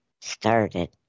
started